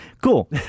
cool